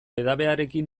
edabearekin